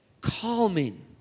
Calming